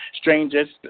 strangest